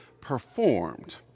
performed